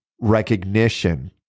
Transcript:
recognition